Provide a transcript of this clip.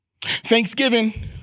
Thanksgiving